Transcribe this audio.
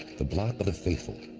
the block of the faithful,